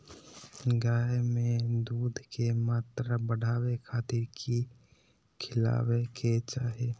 गाय में दूध के मात्रा बढ़ावे खातिर कि खिलावे के चाही?